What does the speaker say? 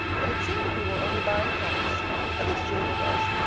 but it seems we were only buying hats at least julia was.